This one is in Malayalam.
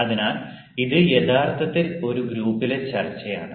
അതിനാൽ ഇത് യഥാർത്ഥത്തിൽ ഒരു ഗ്രൂപ്പിലെ ചർച്ചയാണ്